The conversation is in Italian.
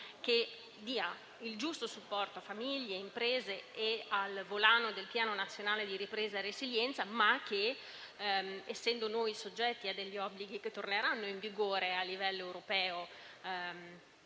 di dare il giusto supporto a famiglie, imprese e al volano del Piano nazionale di ripresa e resilienza, ma che essendo noi soggetti ad obblighi che torneranno in vigore a livello europeo,